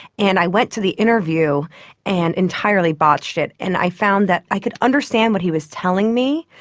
and i went to the interview and entirely botched it. and i found that i could understand what he was telling me,